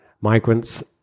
migrants